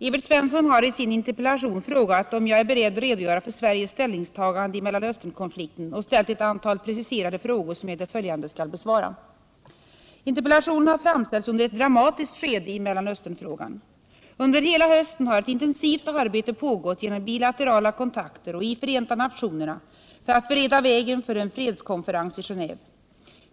Evert Svensson har i sin interpellation frågat om jag är beredd redogöra för Sveriges ställningstagande i Mellanösternkonflikten och ställt ett antal preciserade frågor, som jag i det följande skall besvara. Interpellationen har framställts under ett dramatiskt skede i Mellanösternfrågan. Under hela hösten har ett intensivt arbete pågått genom bilaterala kontakter och i Förenta nationerna för att bereda vägen för en fredskonferens i Genéve.